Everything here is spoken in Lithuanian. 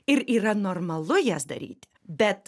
ir yra normalu jas daryti bet